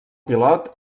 pilot